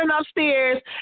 upstairs